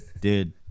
Dude